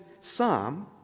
psalm